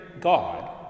God